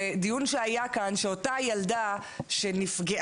ודיון שהיה כאן שאותה ילדה שנפגעה,